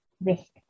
risk